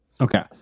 Okay